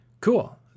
Cool